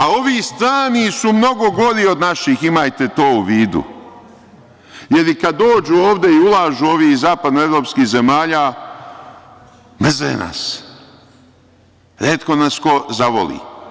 A, ovi strani su mnogo gori od naših, imajte to u vidu, jer i kada dođu ovde i ulažu ovi iz zapadnoevropskih zemalja, mrze nas, retko nas ko zavoli.